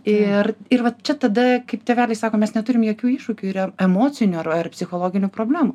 ir ir vat čia tada kaip tėveliai sako mes neturim jokių iššūkių ir emocinių ar ar psichologinių problemų